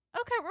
okay